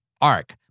arc